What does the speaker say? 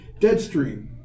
Deadstream